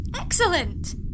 Excellent